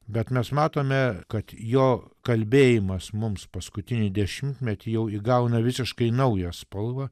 bet mes matome kad jo kalbėjimas mums paskutinį dešimtmetį jau įgauna visiškai naują spalvą